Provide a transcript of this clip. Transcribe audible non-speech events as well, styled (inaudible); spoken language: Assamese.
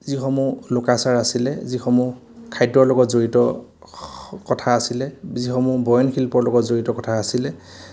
যিসমূহ লোকাচাৰ আছিলে যিসমূহ খাদ্যৰ লগত জড়িত (unintelligible) কথা আছিলে যিসমূহ বয়নশিল্পৰ লগত জড়িত কথা আছিলে